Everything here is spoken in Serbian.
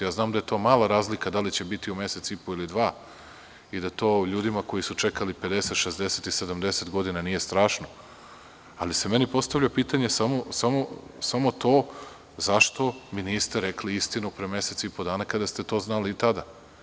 Znam da je to mala razlika, da li će biti u mesec i po ili dva, i da to ljudima koji su čekali 50, 60 i 70 godina nije strašno, ali se meni postavlja pitanje samo to – zašto mi niste rekli istinu pre mesec i po dana kada ste to znali i tada?